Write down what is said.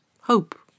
hope